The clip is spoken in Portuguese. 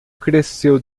cresceu